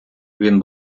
він